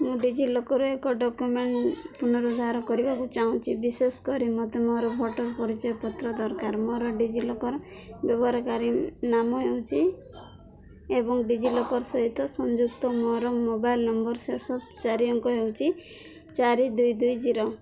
ମୁଁ ଡିଜିଲକର୍ରୁ ଏକ ଡକ୍ୟୁମେଣ୍ଟ୍ ପୁନରୁଦ୍ଧାର କରିବାକୁ ଚାହୁଁଛି ବିଶେଷ କରି ମୋତେ ମୋର ଭୋଟର୍ ପରିଚୟ ପତ୍ର ଦରକାର ମୋର ଡିଜିଲକର୍ ବ୍ୟବହାରକାରୀ ନାମ ହେଉଛି ଏବଂ ଡିଜିଲକର୍ ସହିତ ସଂଯୁକ୍ତ ମୋର ମୋବାଇଲ୍ ନମ୍ବର୍ର ଶେଷ ଚାରି ଅଙ୍କ ହେଉଛି ଚାରି ଦୁଇ ଦୁଇ ଜିରୋ